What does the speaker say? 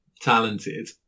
talented